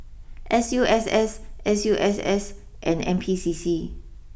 S U S S S U S S and N P C C